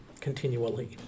continually